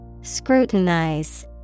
Scrutinize